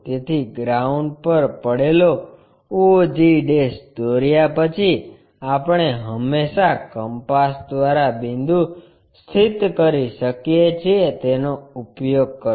તેથી ગ્રાઉન્ડ પર પડેલો og દોર્યા પછી આપણે હંમેશા કંપાસ દ્વારા બિંદુ સ્થિત કરી શકીએ છીએ તેનો ઉપયોગ કરો